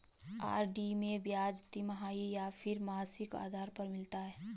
RD में ब्याज तिमाही या फिर मासिक आधार पर मिलता है?